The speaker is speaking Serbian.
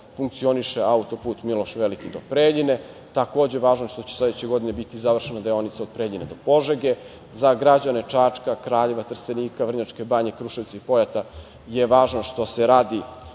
funkcioniše auto-put „Miloš Veliki“ do Preljine. Takođe, važno je što će sledeće godine biti završena deonica od Preljine do Požege. Za građane Čačka, Kraljeva, Trstenika, Vrnjačke Banje, Kruševca i Pojata je važno što se radi